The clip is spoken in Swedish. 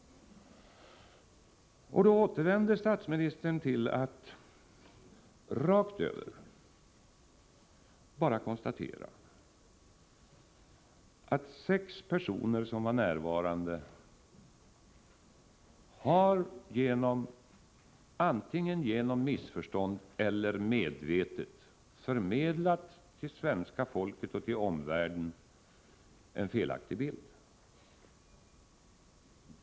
Statsministern återvänder till att rakt över bara konstatera att de sex personer som var närvarande antingen genom missförstånd eller medvetet förmedlat till svenska folket och omvärlden en felaktig bild.